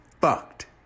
fucked